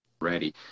ready